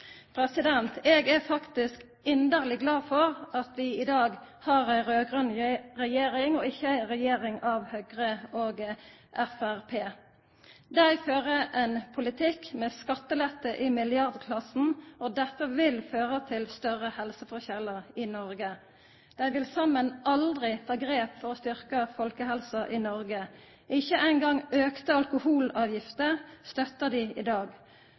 Eg er faktisk inderleg glad for at vi i dag har ei raud-grøn regjering og ikkje ei regjering av Høgre og Framstegspartiet. Dei fører ein politikk med skattelette i milliardklassen, og dette vil føra til større helseforskjellar i Noreg. Dei vil saman aldri ta grep for å styrkja folkehelsa i Noreg. Ikkje eingong auka alkoholavgifter støttar dei i dag.